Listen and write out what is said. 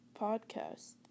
podcast